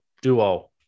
duo